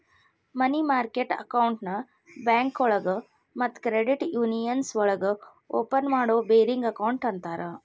ಮನಿ market ಅಕೌಂಟ್ನ ಬ್ಯಾಂಕೋಳಗ ಮತ್ತ ಕ್ರೆಡಿಟ್ ಯೂನಿಯನ್ಸ್ ಒಳಗ ಓಪನ್ ಮಾಡೋ ಬೇರಿಂಗ್ ಅಕೌಂಟ್ ಅಂತರ